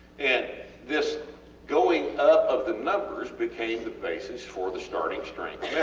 and this going up of the numbers became the basis for the starting strength